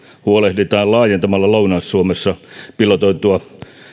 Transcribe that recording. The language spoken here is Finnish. huolehditaan laajentamalla lounais suomessa pilotoitua